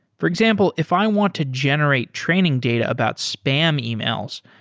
for example, if i want to generate training data about spam emails,